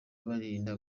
birinda